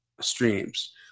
streams